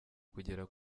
kugera